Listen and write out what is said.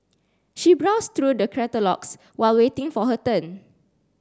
she browsed through the catalogues while waiting for her turn